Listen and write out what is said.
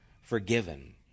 forgiven